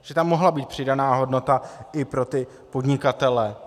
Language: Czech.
Že tam mohla být přidaná hodnota i pro ty podnikatele.